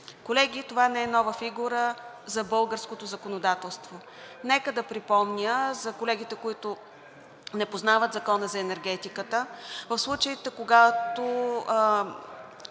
Колеги, това не е нова фигура за българското законодателство. Нека да припомня за колегите, които не познават Закона за енергетиката, в случаите, когато